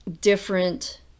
different